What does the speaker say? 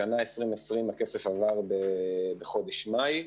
השנה, 2020, הכסף עבר בחודש מאי,